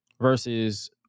versus